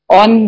on